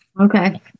Okay